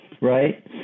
right